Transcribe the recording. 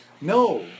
No